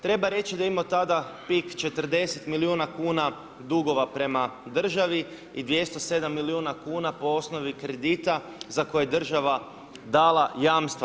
Treba reći da je imao tada Pik 40 milijuna kuna dugova prema državi i 207 milijuna kuna po osnovi kredita za koje je država dala jamstva.